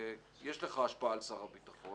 ויש לך השפעה על שר הביטחון.